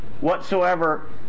whatsoever